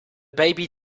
baby